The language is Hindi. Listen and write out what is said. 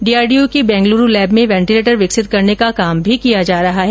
डीआरडीओ के बेंगल्रू लैब में वेंटिलेटर विकसित करने का कार्य भी किया जा रहा है